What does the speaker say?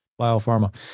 biopharma